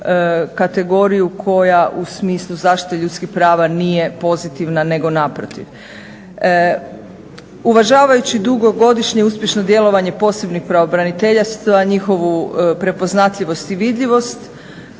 kategoriju koja u smislu zaštite ljudskih prava nije pozitivna nego naprotiv. Uvažavajući dugogodišnje uspješno djelovanje posebnih pravobranitelja, njihovu prepoznatljivost i vidljivost,